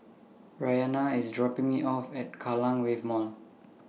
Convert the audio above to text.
Bryana IS dropping Me off At Kallang Wave Mall